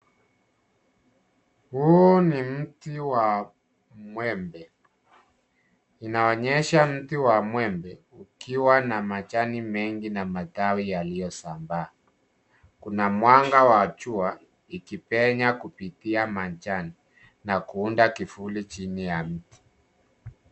Huu ni mti wa mwembe inaonyesha mti wa mwembe ukiwa na majani mengi na matawi yaliyosambaa. Kuna mwanga wa jua ikipenya kupitia majani na kuunda kivuli chini ya mti.